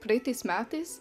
praeitais metais